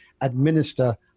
administer